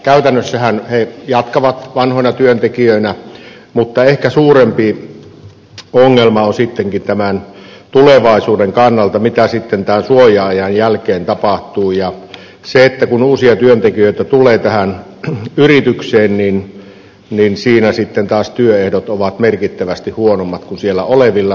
käytännössähän he jatkavat vanhoina työntekijöinä mutta ehkä suurempi ongelma on sittenkin tämän tulevaisuuden kannalta se mitä sitten tämän suoja ajan jälkeen tapahtuu ja se että kun uusia työntekijöitä tulee tähän yritykseen niin siinä sitten taas työehdot ovat merkittävästi huonommat kuin siellä olevilla